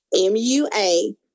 M-U-A